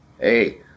hey